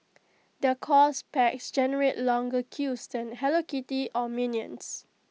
their course packs generate longer queues than hello kitty or minions